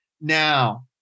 Now